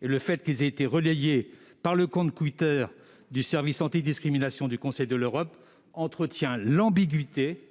Le fait qu'ils aient été relayés par le compte twitter du service antidiscrimination du Conseil de l'Europe entretient l'ambiguïté